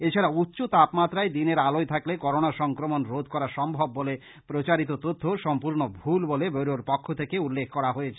এছাড়া উচ্চ তাপমাত্রায় দিনের আলোয় থাকলে করোনা সংক্রমণ রোধ করা সম্ভব বলে প্রচারিত তথ্যও সম্পূর্ণ ভুল বলে ব্যরোর পক্ষ থেকে উল্লেখ করা হয়েছে